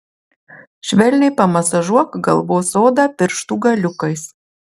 švelniai pamasažuok galvos odą pirštų galiukais